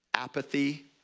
Apathy